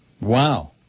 Wow